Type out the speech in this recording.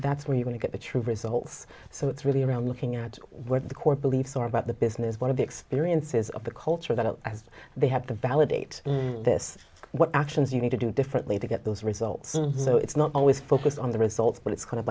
that's where you want to get the true results so it's really around looking at where the core beliefs are about the business one of the experiences of the culture that as they have to validate this what actions you need to do differently to get those results so it's not always focused on the results but it's kind of